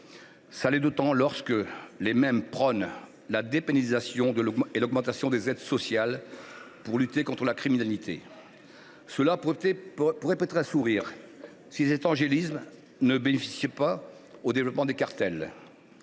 de l’économie de marché. Les mêmes prônent la dépénalisation et l’augmentation des aides sociales pour lutter contre la criminalité : cela pourrait prêter à sourire si cet angélisme ne bénéficiait pas au développement des cartels.